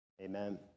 amen